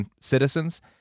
citizens